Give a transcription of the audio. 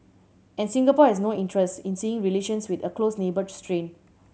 and Singapore has no interest in seeing relations with a close neighbour strained